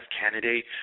candidate